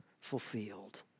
fulfilled